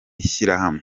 shyirahamwe